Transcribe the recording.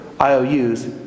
IOUs